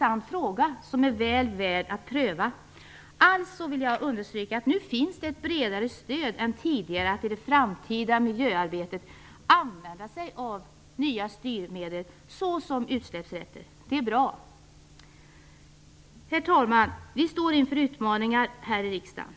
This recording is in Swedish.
Alltså vill jag understryka att det nu finns ett bredare stöd än tidigare för att i det framtida miljöarbetet använda sig av nya styrmedel såsom utsläppsrätter. Det är bra. Herr talman! Vi står inför utmaningar här i riksdagen.